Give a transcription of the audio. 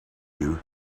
you